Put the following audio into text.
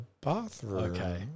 bathroom